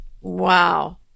Wow